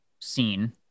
scene